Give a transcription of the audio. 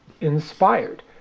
inspired